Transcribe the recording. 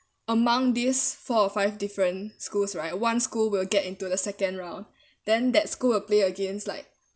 among these four or five different schools right one school will get into the second round then that school will play against like